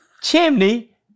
chimney